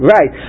Right